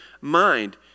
mind